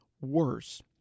worse